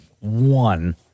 one